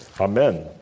Amen